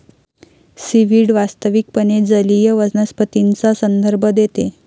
seaweed वास्तविकपणे जलीय वनस्पतींचा संदर्भ देते